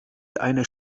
eine